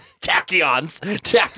Tachyons